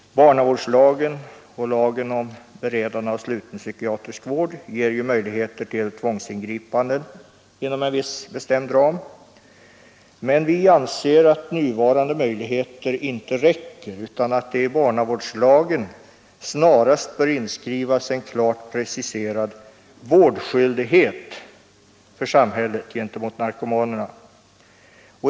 Barnavårdslagen och lagen om beredande av sluten psykiatrisk vård ger möjlighet till tvångsingripanden inom en viss bestämd ram, men vi anser att nuvarande möjligheter inte räcker utan att i barnavårdslagen snarast bör inskrivas en klart preciserad vårdskyldighet för samhället gentemot narkomanerna.